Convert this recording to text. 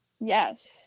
Yes